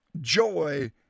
joy